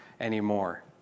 anymore